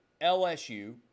LSU